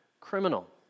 criminal